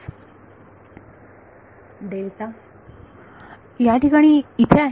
विद्यार्थी डेल्टा या ठिकाणी इथे आहे